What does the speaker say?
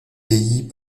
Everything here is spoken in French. pays